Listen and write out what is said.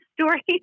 story